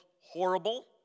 horrible